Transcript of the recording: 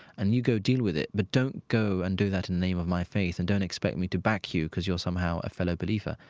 and you go deal with it. but don't go and do that in the name of my faith and don't expect me to back you because you're somehow a fellow believer.